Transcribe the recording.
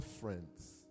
friends